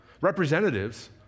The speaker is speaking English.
representatives